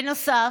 בנוסף,